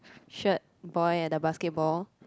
shirt boy and the basketball